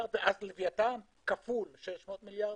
ואז לוויתן כפול - 600 מיליארד.